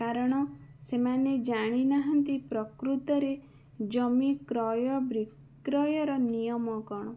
କାରଣ ସେମାନେ ଜାଣି ନାହାନ୍ତି ପ୍ରକୃତରେ ଜମି କ୍ରୟ ବିକ୍ରୟର ନିୟମ କଣ